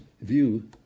view